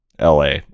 LA